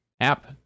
app